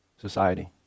society